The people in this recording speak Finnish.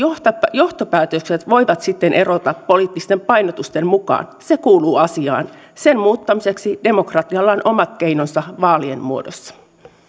johtopäätökset voivat sitten erota poliittisten painotusten mukaan se kuuluu asiaan sen muuttamiseksi demokratialla on omat keinonsa vaalien muodossa